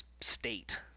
state